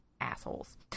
assholes